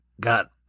Got